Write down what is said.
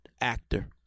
actor